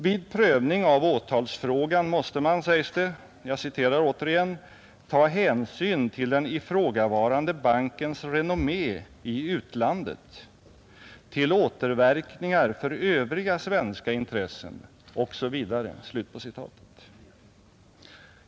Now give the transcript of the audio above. Vid prövning av åtalsfrågan måste man, sägs det, ”ta hänsyn till den ifrågavarande bankens renommé i utlandet, till återverkningar för övriga svenska intressen, osv.”.